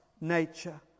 nature